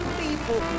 people